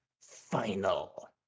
final